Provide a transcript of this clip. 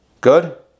Good